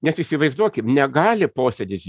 nes įsivaizduokim negali posėdis